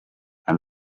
and